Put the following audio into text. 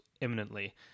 imminently